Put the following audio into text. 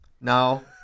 No